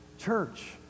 church